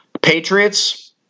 Patriots